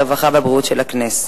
הרווחה והבריאות של הכנסת.